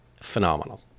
Phenomenal